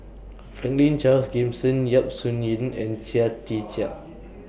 Franklin Charles Gimson Yap Su Yin and Chia Tee Chiak